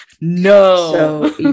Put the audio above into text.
No